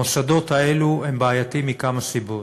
המוסדות האלה הם בעייתיים מכמה סיבות.